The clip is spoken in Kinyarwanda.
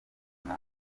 guta